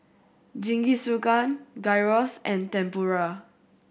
Jingisukan Gyros and Tempura